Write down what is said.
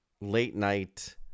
late-night